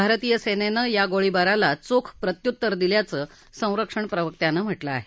भारतीय सेनेनं या गोळीबाराला चोख प्रत्युत्तर दिल्याचं संरक्षण प्रवक्त्यानं म्हटलं आहे